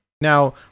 now